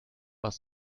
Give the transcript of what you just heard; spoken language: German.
was